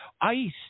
ice